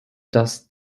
dass